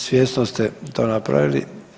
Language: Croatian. Svjesno ste to napravili.